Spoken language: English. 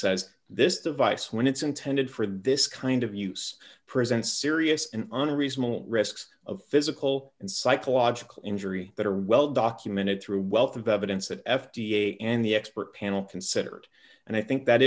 says this device when it's intended for this kind of use presents serious and unreasonable risks of physical and psychological injury that are well documented through a wealth of evidence that f d a in the expert panel considered and i think that